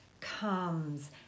comes